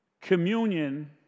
Communion